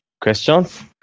questions